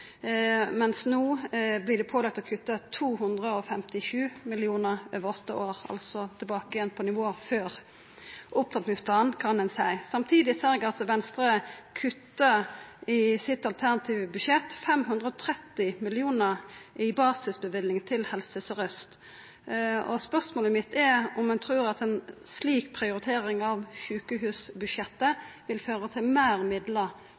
mens dei no vert pålagde å kutta 257 mill. kr over åtte år – altså tilbake igjen til nivået før opptrappingsplanen, kan ein seia. Samtidig ser eg at Venstre i det alternative budsjettet sitt kuttar 530 mill. kr i barselløyvinga til Helse sør-øst. Spørsmålet mitt er om han trur at ei slik prioritering av sjukehusbudsjettet vil føra til